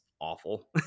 awful